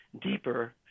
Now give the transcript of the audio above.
deeper